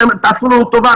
תעשו לנו טובה,